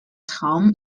traum